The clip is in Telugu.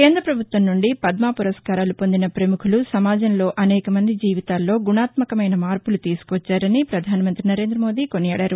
కేంద్ర ప్రభుత్వం నుండి పద్మ పురస్కారాలు పొందిన ప్రముఖులు సమాజంలో అనేకమంది జీవితాల్లో గుణాత్మకమైన మార్పులు తీసుకువచ్చారని ప్రధాన మంత్రి నరేంద్ర మోదీ కొనియాడారు